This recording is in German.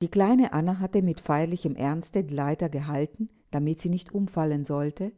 die kleine anna hatte mit feierlichem ernste die leiter gehalten damit sie nicht umfallen sollte